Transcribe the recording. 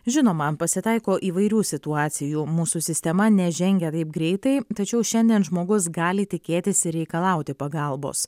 žinoma pasitaiko įvairių situacijų mūsų sistema nežengia taip greitai tačiau šiandien žmogus gali tikėtis ir reikalauti pagalbos